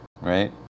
right